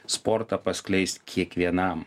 sportą paskleist kiekvienam